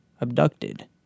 Abducted